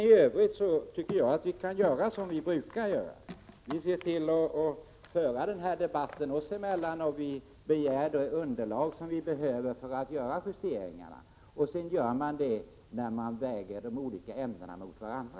I övrigt kan vi göra som vi brukar göra, nämligen föra debatten oss emellan och begära det underlag som behövs, för att sedan göra justeringarna när de olika ämnena vägs mot varandra.